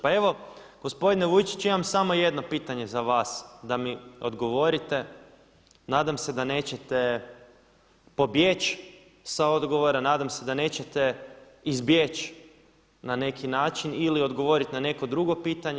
Pa evo gospodine Vujčić imam samo jedno pitanje za vas da mi odgovorite, nadam se da nećete pobjeći sa odgovora, nadam se da nećete izbjeći na neki način ili odgovoriti na neko drugo pitanje.